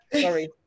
sorry